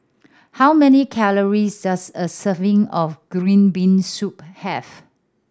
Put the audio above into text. how many calories does a serving of green bean soup have